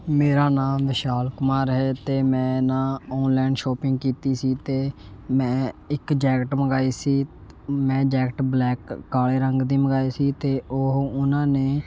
ਮੇਰਾ ਨਾਮ ਵਿਸ਼ਾਲ ਕੁਮਾਰ ਹੈ ਅਤੇ ਮੈਂ ਨਾ ਔਨਲਾਈਨ ਸ਼ੋਪਿੰਗ ਕੀਤੀ ਸੀ ਅਤੇ ਮੈਂ ਇੱਕ ਜੈਕਟ ਮੰਗਵਾਈ ਸੀ ਮੈਂ ਜੈਕਟ ਬਲੈਕ ਕਾਲੇ ਰੰਗ ਦੇ ਮੰਗਵਾਈ ਸੀ ਅਤੇ ਉਹ ਉਹਨਾਂ ਨੇ